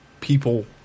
people